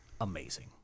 amazing